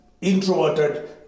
introverted